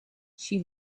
she